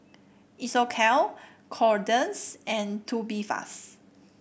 Isocal Kordel's and Tubifast